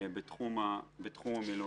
בתחום המילואים.